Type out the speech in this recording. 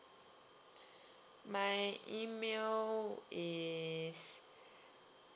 my email is